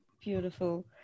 Beautiful